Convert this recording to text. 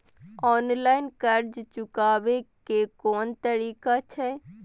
Online कर्ज चुकाने के कोन तरीका छै?